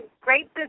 great